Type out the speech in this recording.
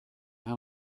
rien